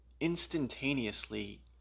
instantaneously